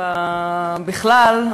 בכלל,